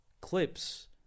clips